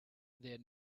their